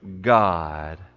God